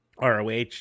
ROH